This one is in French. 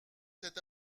cet